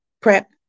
prep